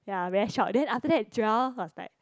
ya very shocked then after that Joel was like